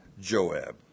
Joab